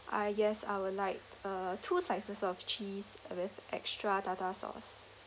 ah yes I will like uh two slices of cheese with extra tartar sauce